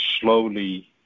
slowly